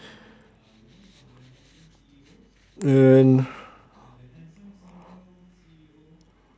and